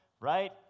right